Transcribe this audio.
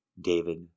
David